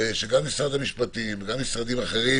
שגם משרד המשפטים וגם משרדים אחרים